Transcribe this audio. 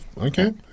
Okay